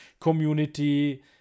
community